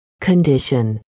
Condition